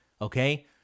Okay